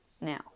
Now